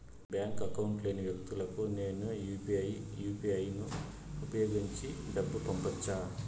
Bank account లేని వ్యక్తులకు నేను యు పి ఐ యు.పి.ఐ ను ఉపయోగించి డబ్బు పంపొచ్చా?